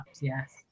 Yes